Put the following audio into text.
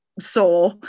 saw